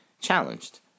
challenged